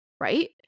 Right